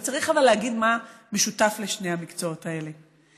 וצריך להגיד מה משותף לשני המקצועות האלה.